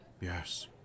yes